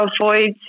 avoid